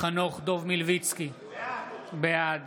חנוך דב מלביצקי, בעד